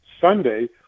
Sunday